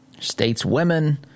stateswomen